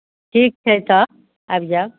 ठीक छै तऽ आबि जायब